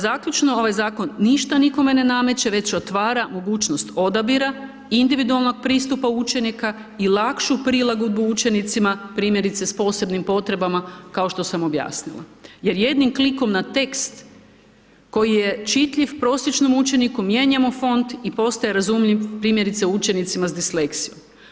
Zaključno, ovaj Zakon ništa nikome ne nameće, već otvara mogućnost odabira, individualnog pristupa učenika i lakšu prilagodbu učenicima, primjerice s posebnim potrebama kao što sam objasnila, jer jednim klikom na tekst koji je čitljiv, prosječnom učeniku mijenja mu fond i postaje razumljiv primjerice učenicima s disleksijom.